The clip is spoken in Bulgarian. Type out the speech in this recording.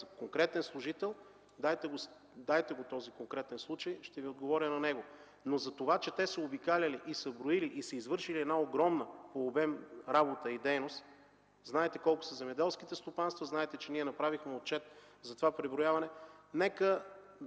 конкретен служител, дайте този конкретен случай, ще Ви отговоря на него. Но затова, че те са обикаляли и са броили, и са извършили една огромна по обем работа и дейност – знаете колко са земеделските стопанства, знаете че ние направихме отчет за това преброяване